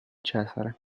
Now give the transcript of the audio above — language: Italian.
cesare